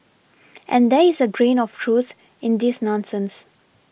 and there is a grain of truth in this nonsense